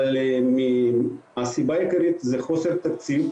אבל הסיבה העיקרית היא חוסר תקציב.